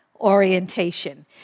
orientation